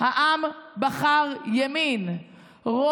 העם בחר ימין.